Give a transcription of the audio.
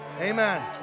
Amen